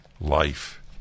life